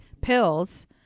pills